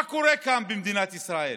מה קורה כאן, במדינת ישראל?